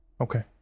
Okay